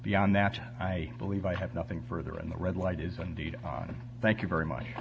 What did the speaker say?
beyond that i believe i have nothing further in the red light is on the on thank you very much